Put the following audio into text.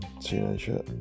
teenager